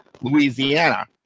Louisiana